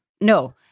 No